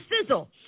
sizzle